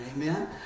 Amen